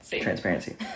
transparency